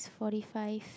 forty five